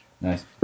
Nice